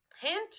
Hint